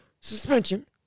suspension